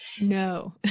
No